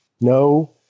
no